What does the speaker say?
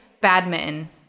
badminton